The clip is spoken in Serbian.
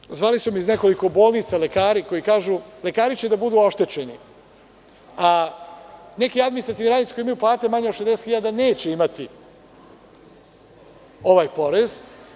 Takođe, zvali su me iz nekoliko bolnica lekari koji kažu – lekari će da budu oštećeni, a neki administrativni radnici koji imaju plate manje od 60.000 neće imati ovaj porez.